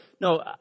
No